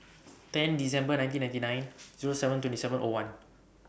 ten December nineteen ninety nine Zero seven two The seven O one